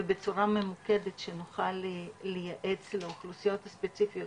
ובצורה ממוקדת כדי שנוכל לייעץ לאוכלוסיות הספציפיות